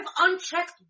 unchecked